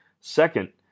Second